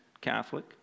Catholic